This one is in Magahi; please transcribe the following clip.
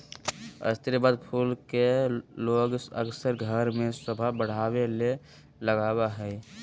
स्रीवत फूल के लोग अक्सर घर में सोभा बढ़ावे ले लगबा हइ